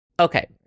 Okay